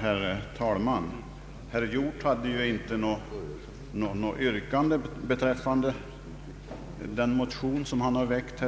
Herr talman! Herr Hjorth hade inget yrkande beträffande den motion som han väckt.